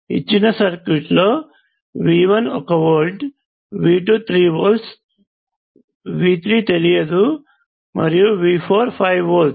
ఇచ్చిన సర్క్యూట్ లో V1 1 volt V2 3 volts V3 తెలియదు మరియు V4 5 వోల్ట్స్